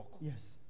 yes